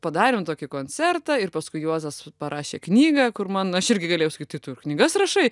padarėm tokį koncertą ir paskui juozas parašė knygą kur man aš irgi galėjau sakyt tai tu ir knygas rašai